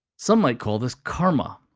some might call this karma.